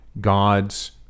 God's